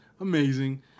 amazing